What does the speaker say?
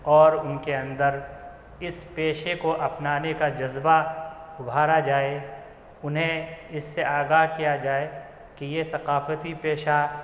اور ان کے اندر اس پیشے کو اپنانے کا جذبہ ابھارا جائے انہیں اس سے آگاہ کیا جائے کہ یہ ثقافتی پیشہ